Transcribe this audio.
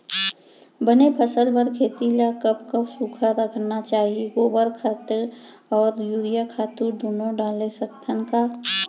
बने फसल बर खेती ल कब कब सूखा रखना चाही, गोबर खत्ता और यूरिया खातू दूनो डारे सकथन का?